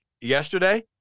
yesterday